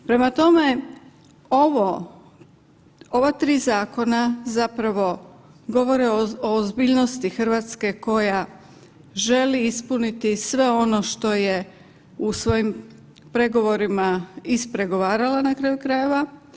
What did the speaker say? Prema tome, ovo, ova 3 zakona zapravo govore o ozbiljnosti Hrvatske koja želi ispuniti sve ono što je u svojim pregovorima ispregovarala na kraju krajeva.